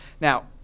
now